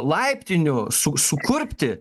laiptinių su sukurpti